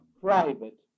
private